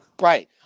Right